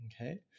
Okay